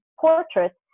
portraits